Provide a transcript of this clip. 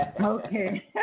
Okay